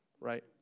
Right